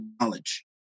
knowledge